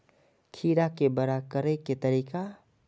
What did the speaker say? खीरा के बड़ा करे के तरीका?